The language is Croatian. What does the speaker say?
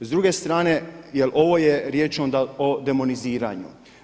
S druge strane, jer ovo je riječ onda o demoniziranju.